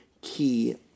key